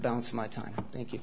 balance of my time thank you